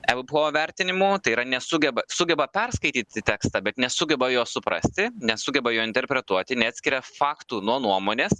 ebpo vertinimu tai yra nesugeba sugeba perskaityti tekstą bet nesugeba jo suprasti nesugeba jo interpretuoti neatskiria faktų nuo nuomonės